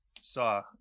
saw